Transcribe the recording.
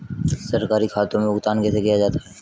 सरकारी खातों में भुगतान कैसे किया जाता है?